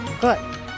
good